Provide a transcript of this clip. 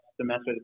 semester